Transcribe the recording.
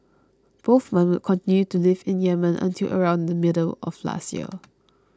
both men would continue to live in Yemen until around the middle of last year